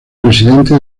presidente